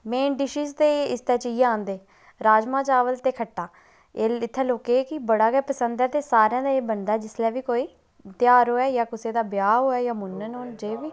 main dishes ते इसदे च इयै आंदे राजमां चावल ते खट्टा ते एह् सारें लोकें गी बड़ा गै पसंद ऐ ते एह् सारें दे बनदा ध्यार होऐ मूनन होन जां जे होऐ